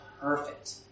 perfect